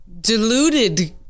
deluded